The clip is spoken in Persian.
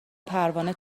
پروانه